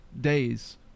days